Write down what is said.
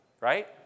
Right